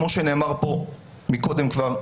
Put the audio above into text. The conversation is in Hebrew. כמו שנאמר פה כבר קודם,